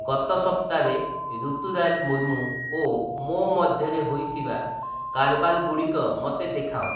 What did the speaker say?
ଗତ ସପ୍ତାହରେ ରୁତୁରାଜ ମୁର୍ମୁ ଓ ମୋ ମଧ୍ୟରେ ହୋଇଥିବା କାରବାର ଗୁଡ଼ିକ ମୋତେ ଦେଖାଅ